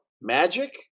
Magic